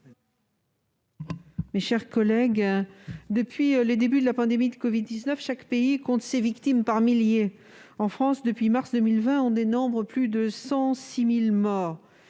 sur l'article. Depuis le début de la pandémie de covid-19, chaque pays compte ses victimes par milliers. En France, depuis mars 2020, on dénombre plus de 106 000 morts.